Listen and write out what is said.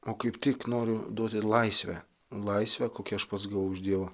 o kaip tik noriu duoti laisvę laisvę kokią aš pats gavau iš dievo